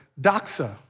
doxa